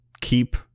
keep